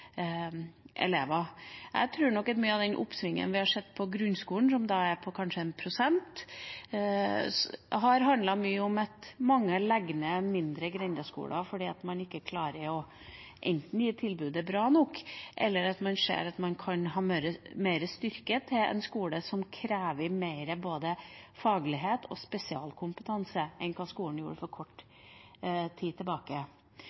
elever. Jeg tror mye av det oppsvinget vi har sett i grunnskolen, som kanskje er på 1 pst., har handlet om at mange legger ned mindre grendeskoler fordi man enten ikke klarer å gi et bra nok tilbud, eller man ser at man kan ha mer styrke til en skole som krever både mer faglighet og spesialkompetanse enn det skolen gjorde for kort tid tilbake.